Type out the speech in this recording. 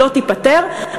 לא תיפתר,